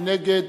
מי נגד?